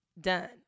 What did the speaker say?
Done